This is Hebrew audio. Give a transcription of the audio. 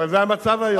אבל זה המצב היום.